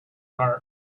heart